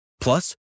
Plus